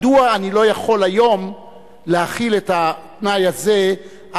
מדוע אני לא יכול היום להחיל את התנאי הזה על